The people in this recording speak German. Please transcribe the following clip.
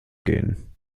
gehen